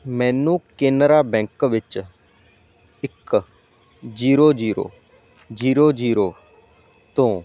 ਮੈਨੂੰ ਕੇਨਰਾ ਬੈਂਕ ਵਿੱਚ ਇੱਕ ਜੀਰੋ ਜੀਰੋ ਜੀਰੋ ਜੀਰੋ ਤੋਂ